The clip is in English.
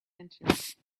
inches